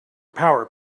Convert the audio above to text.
power